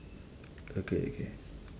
okay okay